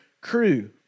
crew